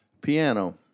piano